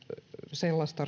sellaista